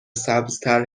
سبزتر